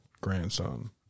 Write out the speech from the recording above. Grandson